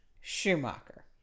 Schumacher